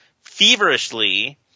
feverishly